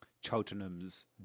cheltenham's